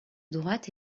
droite